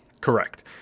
Correct